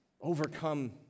overcome